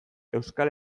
euskal